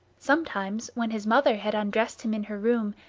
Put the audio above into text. sometimes, when his mother had undressed him in her room,